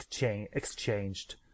exchanged